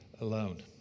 alone